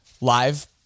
live